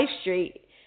street